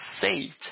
saved